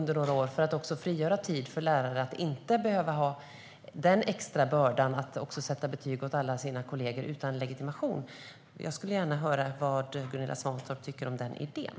Det skulle frigöra tid för lärare, som då inte har den extra bördan att också behöva sätta betyg åt alla sina kollegor utan legitimation. Jag skulle gärna vilja höra vad Gunilla Svantorp tycker om den idén.